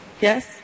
yes